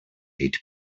eight